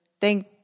Thank